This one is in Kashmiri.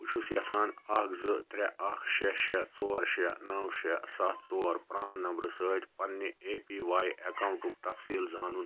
بہٕ چھُس یَژھان اَکھ زٕ ترٛےٚ اَکھ شیٚے شیٚے ژور شیٚے نو شیٚے سَتھ ژور پران نمبرٕ سۭتۍ پنٕنہِ اےٚ پی واٮٔی اَکاؤنٛٹُک تَفصیٖل زانُن